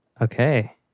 Okay